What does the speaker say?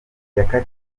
yakatiwe